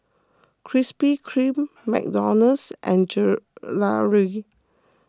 Krispy Kreme McDonald's and Gelare